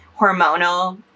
hormonal